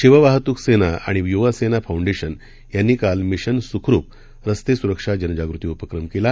शिव वाहतूक सेना आणि युवासेना फाऊंडेशन यांनी काल मिशन सुखरूप रस्ते सुरक्षा जनजागृती उपक्रम केला